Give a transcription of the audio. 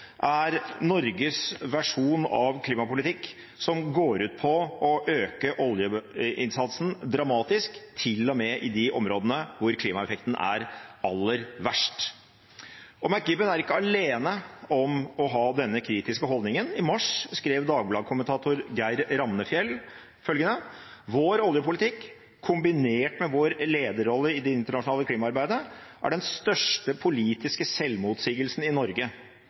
er Norges versjon av klimapolitikk, som går ut på å øke oljeinnsatsen dramatisk, til og med i de områdene hvor klimaeffekten er aller verst. McKibben er ikke alene om å ha denne kritiske holdningen. I mars skrev Dagbladet-kommentator Geir Ramnefjell følgende: «Vår oljepolitikk, kombinert med vår lederrolle i det internasjonale klimaarbeidet, er den største politiske selvmotsigelsen i Norge.